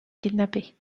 kidnapper